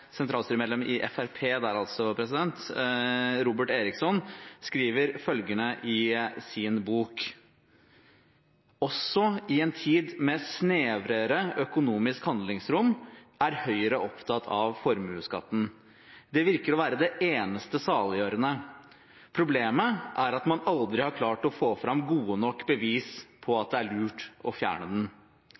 en tid med snevrere økonomisk handlingsrom er Høyre opptatt av formuesskatten. Det virker å være det eneste saliggjørende. Problemet er at man aldri har klart å få fram gode nok bevis på at det er lurt å fjerne den.’